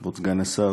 כבוד סגן השר,